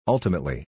Ultimately